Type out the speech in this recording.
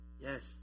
yes